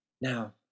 Now